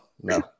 No